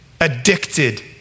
addicted